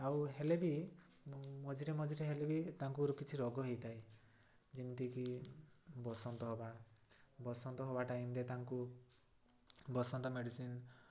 ଆଉ ହେଲେ ବି ମଝିରେ ମଝିରେ ହେଲେ ବି ତାଙ୍କର କିଛି ରୋଗ ହେଇଥାଏ ଯେମିତିକି ବସନ୍ତ ହବା ବସନ୍ତ ହବା ଟାଇମ୍ରେ ତାଙ୍କୁ ବସନ୍ତ ମେଡ଼ିସିନ୍